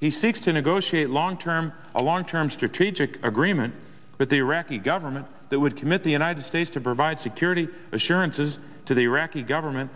he seeks to negotiate long term a long term strategic agreement with the iraqi government that would commit the united states to provide security assurances to the iraqi government